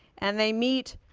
and they meet